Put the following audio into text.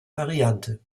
variante